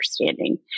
understanding